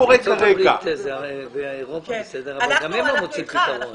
אנחנו אתך.